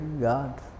God